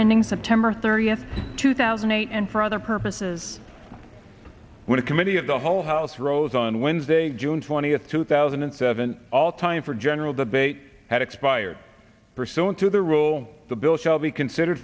ending september thirtieth two thousand and eight and for other purposes when a committee of the whole house rose on wednesday june twentieth two thousand and seven all time for general debate had expired pursuant to the rule the bill shall be considered